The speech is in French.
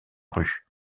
rue